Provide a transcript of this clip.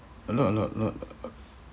a lot a lot lot